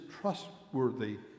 trustworthy